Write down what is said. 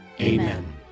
Amen